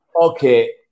Okay